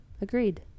agreed